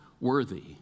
worthy